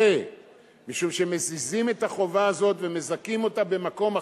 משום שמזיזים את החובה הזאת ומזכים אותה במקום אחר,